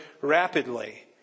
rapidly